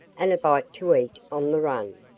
and a bite to eat on the run,